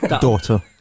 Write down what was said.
Daughter